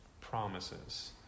promises